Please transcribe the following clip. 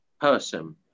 person